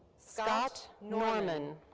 scott norman.